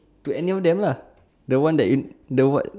to any of them lah the one that if the what